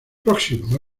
próximo